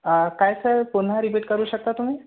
काय सर पुन्हा रिपीट करू शकता तुम्ही